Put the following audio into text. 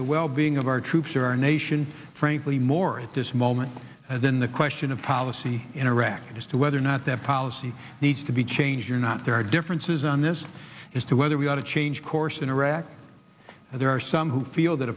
the well being of our troops or our nation frankly more at this moment then the question of policy in iraq as to whether or not that policy needs to be changed or not there are differences on this as to whether we ought to change course in iraq there are some who feel that